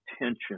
attention